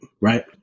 Right